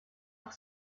auch